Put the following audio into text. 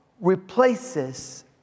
replaces